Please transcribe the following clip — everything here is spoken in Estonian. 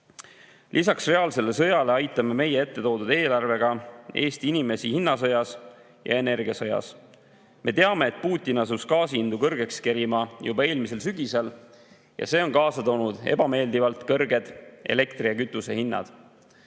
euro. Lisaks reaalsele sõjale aitame meie ette toodud eelarvega Eesti inimesi hinnasõjas ja energiasõjas. Me teame, et Putin asus gaasi hindu kõrgeks kerima juba eelmisel sügisel, ja see on kaasa toonud ebameeldivalt kõrged elektri ja kütuse hinnad.